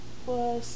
plus